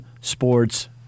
Sports